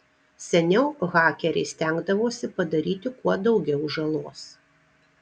seniau hakeriai stengdavosi padaryti kuo daugiau žalos